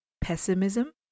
pessimism